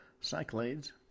Cyclades